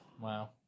Wow